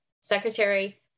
secretary